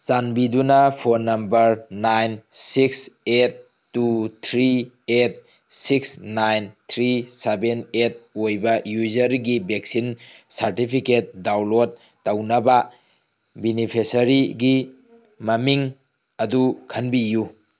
ꯆꯥꯟꯕꯤꯗꯨꯅ phone number nine six eight two three eight six nine three seven eight ꯑꯣꯏꯕ ꯌꯨꯖꯔꯒꯤ vaccine certificate download ꯇꯧꯅꯕ ꯕꯤꯅꯤꯐꯦꯁꯔꯤꯒꯤ ꯃꯃꯤꯡ ꯑꯗꯨ ꯈꯟꯕꯤꯌꯨ